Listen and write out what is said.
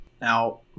now